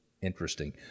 Interesting